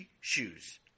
shoes